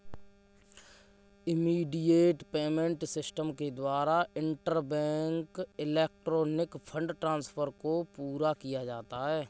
immediate payment system के द्वारा interbank electronic fund transfer को पूरा किया जाता है